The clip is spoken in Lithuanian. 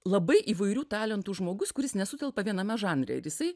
labai įvairių talentų žmogus kuris nesutelpa viename žanre ir jisai